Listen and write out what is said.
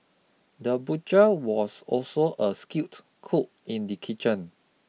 the butcher was also a skilled cook in the kitchen